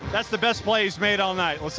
that's the best play he's made all night.